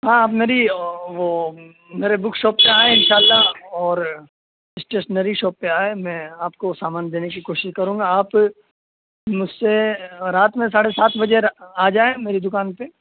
ہاں آپ میری وہ میرے بک شاپ پہ آئیں انشاء اللہ اور اسٹیشنری شاپ پہ آئیں میں آپ کو سامان دینے کی کوشش کروں گا آپ مجھ سے رات میں ساڑھے سات بجے آجائیں میری دوکان پہ